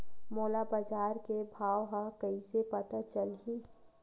मोला बजार के भाव ह कइसे पता चलही?